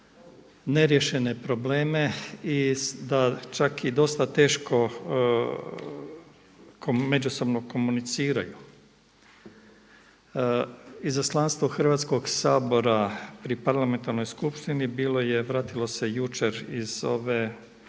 neriješene probleme i da čak i dosta teško međusobno komuniciraju. Izaslanstvo Hrvatskog sabora pri parlamentarnoj skupštini bilo je, vratilo se jučer iz ove,